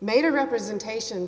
made a representation